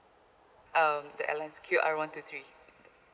um the airlines is Q_R one two three